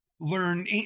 learn